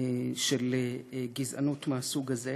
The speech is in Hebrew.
של גזענות מהסוג הזה.